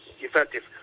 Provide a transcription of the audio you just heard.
effective